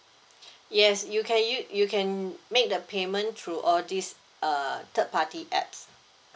yes you can use you can make the payment through all this uh third party apps